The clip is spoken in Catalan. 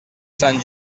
sant